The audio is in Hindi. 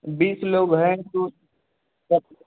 बीस लोग हैं तो